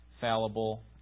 fallible